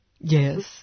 Yes